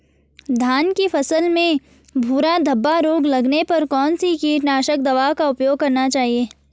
धान की फसल में भूरा धब्बा रोग लगने पर कौन सी कीटनाशक दवा का उपयोग करना चाहिए?